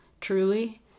truly